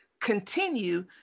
continue